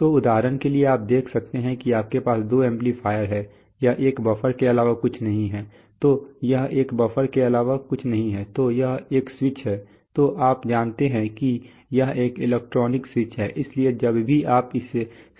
तो उदाहरण के लिए तो आप देख सकते हैं कि आपके पास दो एम्पलीफायर हैं यह एक बफर के अलावा कुछ नहीं है तो यह एक बफर के अलावा कुछ नहीं है तो यह एक स्विच है तो आप जानते हैं कि यह एक इलेक्ट्रॉनिक स्विच है इसलिए जब भी आप इस